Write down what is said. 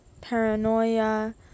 paranoia